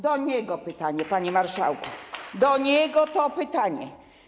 Do niego to pytanie, panie marszałku, do niego to pytanie.